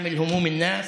(אומר בערבית: להציג את דאגות האנשים,)